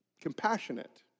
Compassionate